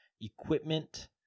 equipment